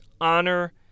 honor